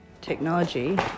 Technology